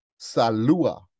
Salua